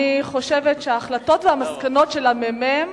אני חושבת שההחלטות והמסקנות של הממ"מ,